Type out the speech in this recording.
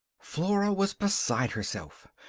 flora was beside herself.